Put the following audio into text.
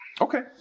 Okay